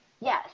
Yes